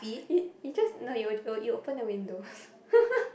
you you just no you you open the window